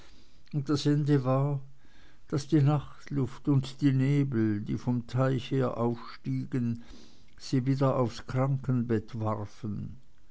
und das ende war daß die nachtluft und die nebel die vom teich her aufstiegen sie wieder aufs krankenbett warfen